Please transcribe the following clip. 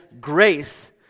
grace